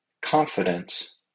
Confidence